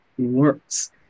works